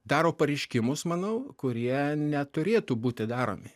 daro pareiškimus manau kurie neturėtų būti daromi